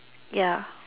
ya